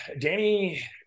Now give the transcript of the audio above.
Danny